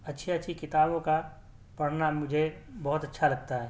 اچھی اچھی کتابوں کا پڑھنا مجھے بہت اچھا لگتا ہے